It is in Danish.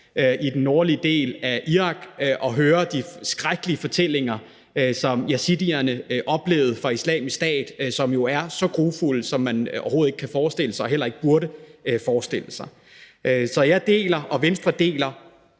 i den nordlige del af Irak og høre de skrækkelige fortællinger, som yazidierne oplevede i forbindelse med Islamisk Stat, som er så grufulde, så man overhovedet ikke og heller ikke burde kunne forestille sig det. Så jeg og Venstre deler